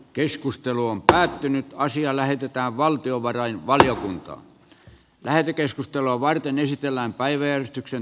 keskustelu on päättynyt ja asia lähetetään valtiovarainvaliokuntaan lähetekeskustelua varten en tiedä